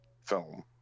film